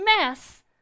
mess